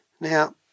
Now